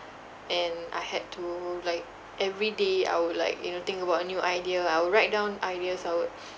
and I had to like very day I would like you know think about a new idea I would write down ideas I would